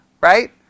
right